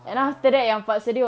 oh